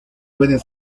pueden